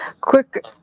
Quick